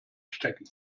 stecken